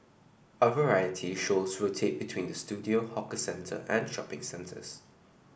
our variety shows rotate between the studio hawker centre and shopping centres